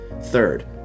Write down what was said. third